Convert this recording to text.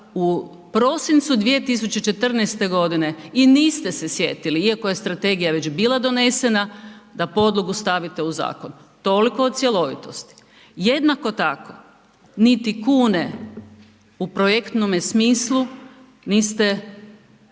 u prosincu 2014. godine i niste se sjetili iako je strategija već bila donesena da podlogu stavite u zakon. Toliko o cjelovitosti. Jednako tako niti kune u projektnome smislu niste stavili